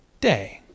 day